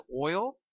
oil